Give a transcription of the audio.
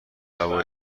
هوای